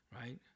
right